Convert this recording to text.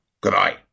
Goodbye